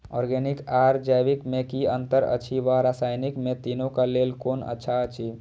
Organic आर जैविक में कि अंतर अछि व रसायनिक में तीनो क लेल कोन अच्छा अछि?